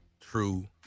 true